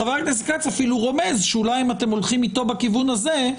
חה"כ כץ אפילו רומז שאולי אם אתם הולכים איתו בכיוון הזה,